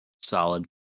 Solid